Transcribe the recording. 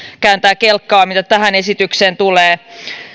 kääntää kelkkaa mitä tähän esitykseen tulee